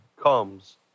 Comes